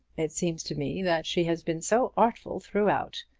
it seems to me that she has been so artful throughout.